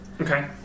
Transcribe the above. Okay